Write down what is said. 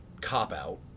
cop-out